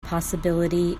possibility